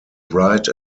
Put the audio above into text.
write